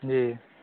जी